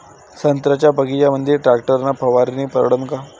संत्र्याच्या बगीच्यामंदी टॅक्टर न फवारनी परवडन का?